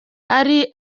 ari